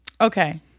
Okay